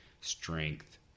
strength